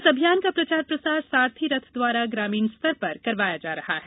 इस अभियान का प्रचार प्रसार सारथी रथ द्वारा ग्रामीण स्तर पर करवाया जा रहा है